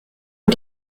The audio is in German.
und